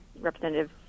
Representative